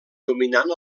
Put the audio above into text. dominant